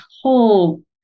whole